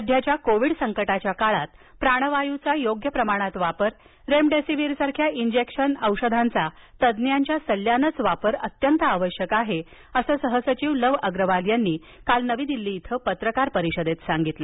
सध्याच्या कोविड संकटाच्या काळात प्राणवायूचा योग्य प्रमाणात वापर रेमडेसेवीरसारख्या इंजेक्शन औषधांचा तज्ज्ञांच्या सल्ल्यानंच वापर अत्यंत आवश्यक आहे असं सहसचिव लव अगरवाल यांनी काल नवी दिल्ली इथं पत्रकार परिषदेत सांगितलं